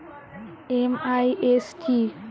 MIS কি?